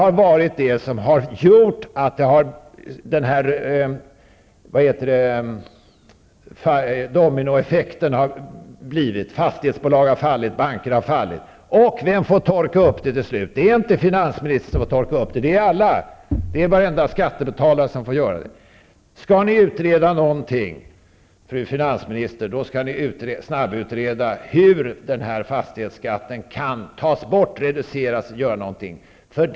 Det är det som givit dominoeffekten där fastighetsbolag och banker har fallit. Vem får till slut torka upp efter det? Det är inte finansministern som får göra det, utan det får alla skattebetalare göra. Skall ni utreda någonting, fru finansminister, skall ni snabbutreda hur fastighetsskatten kan tas bort, reduceras eller om man kan göra någonting annat.